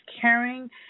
caring